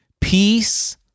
peace